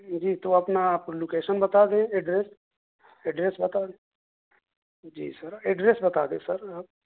جی تو اپنا آپ لوکیشن بتا دیں ایڈریس ایڈریس بتا دیں جی سر ایڈریس بتا دیں سر آپ